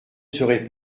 serait